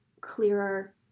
clearer